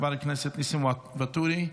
חבר הכנסת ניסים ואטורי,